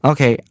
Okay